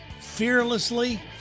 fearlessly